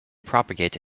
propagate